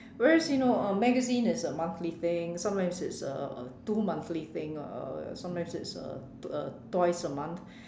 whereas you know uh magazine is a monthly thing sometimes it's uh uh two monthly thing uh sometimes it's uh uh twice a month